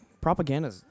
propaganda